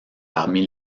parmi